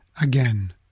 again